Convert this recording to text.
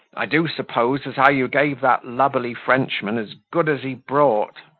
i do suppose as how you gave that lubberly frenchman as good as he brought.